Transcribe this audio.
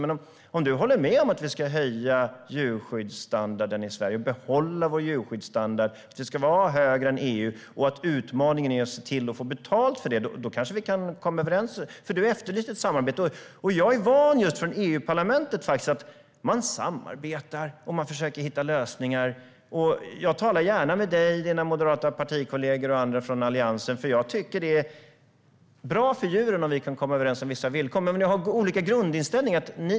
Men om du håller med om att vi ska höja djurskyddsstandarden i Sverige, behålla vår djurskyddsstandard, att den ska vara högre än i EU och att utmaningen är att se till att få betalt för det kanske vi kan komma överens. Du efterlyste ett samarbete. Jag är van, just från EU-parlamentet, vid att man samarbetar och försöker hitta lösningar. Jag pratar gärna med dig, dina moderata partikollegor och andra från Alliansen. Det skulle vara bra för djuren om vi kan komma överens om vissa villkor. Men vi har olika grundinställningar.